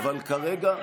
אבל כרגע,